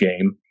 game